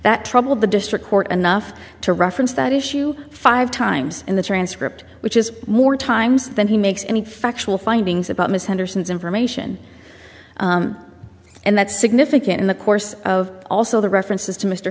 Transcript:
that troubled the district court enough to reference that issue five times in the transcript which is more times than he makes any factual findings about ms henderson's information and that's significant in the course of also the references to mr